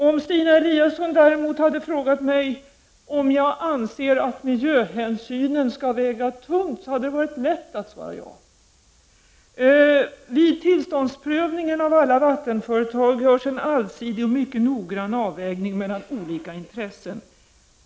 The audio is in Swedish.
Om Stina Eliasson däremot hade frågat mig, om jag anser att miljöhänsynen skall väga tungt, hade det varit lätt att svara ja. Vid tillståndsprövningen av alla vattenföretag görs en allsidig och mycket noggrann avvägning mellan olika intressen.